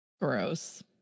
gross